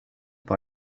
par